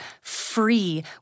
free